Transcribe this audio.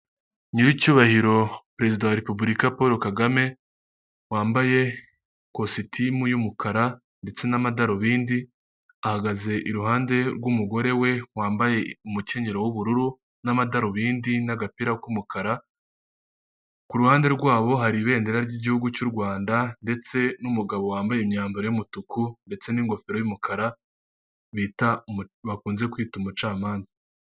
Nyiricyubahiro perezida wa repubulika Paul Kagame wambaye ikositimu y'umukara ndetse n'amadarubindi ahagaze iruhande rw'umugore we wambaye umukenyero w'ubururu n'amadarubindi n'agapira k'umukara, ku ruhande rwabo hari ibendera ry'igihugu cy'u Rwanda ndetse n'umugabo wambaye imyambaro y'umutuku ndetse n'ingofero y'umukara bita bakunze kwita umucamanza.